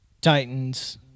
Titans